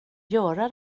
göra